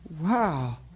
wow